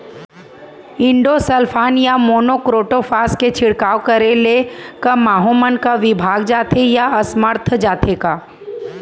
Endosulfan या monocrotophos के छिड़काव करे ले क माहो मन का विभाग जाथे या असमर्थ जाथे का?